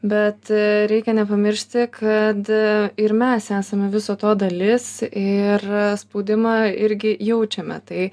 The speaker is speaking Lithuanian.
bet reikia nepamiršti kad ir mes esame viso to dalis ir spaudimą irgi jaučiame tai